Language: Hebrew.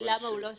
למה הוא לא שילם.